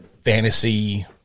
fantasy